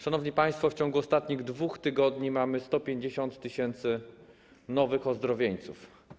Szanowni państwo, w ciągu ostatnich 2 tygodni mieliśmy 150 tys. nowych ozdrowieńców.